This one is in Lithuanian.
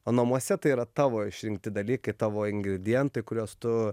o namuose tai yra tavo išrinkti dalykai tavo ingredientai kuriuos tu